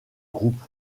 groupe